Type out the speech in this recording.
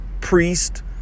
priest